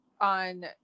on